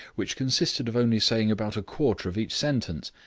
which consisted of only saying about a quarter of each sentence,